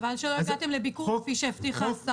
חבל שלא הגעתם לביקור כפי שהבטיחה השרה.